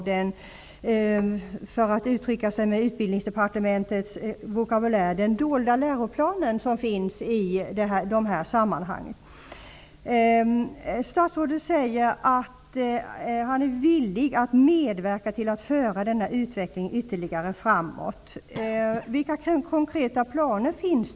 För att uttrycka sig med Utbildningsdepartementets vokabulur ger detta signaler om ''den dolda läroplanen'' som finns i dessa sammanhang. Statsrådet säger att han är villig att medverka till att ytterligare föra denna utveckling framåt. Vilka konkreta planer finns?